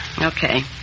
Okay